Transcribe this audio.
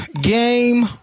game